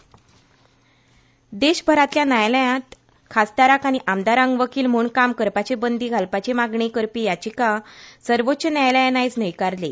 सर्वोच्च न्यायालय देशभरांतल्या न्यायालयांत खासदाराक आऩी आमदारांक वकील म्हण काम करपाचेर बंदी घालपाची मागणी करपी याचिका सर्वोच्च न्यायालयान आयज न्हयकारली